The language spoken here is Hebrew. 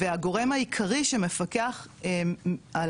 והגורם העיקרי שמפקח על